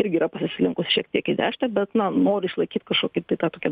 irgi yra pasislinkus šiek tiek į dešinę bet na nori išlaikyt kažkokį tai tą tokią